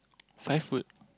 five food